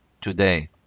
today